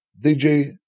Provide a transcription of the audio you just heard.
DJ